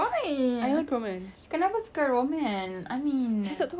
tak tahu saya cuma saya suka falling in love the whole part of